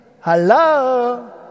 Hello